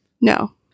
No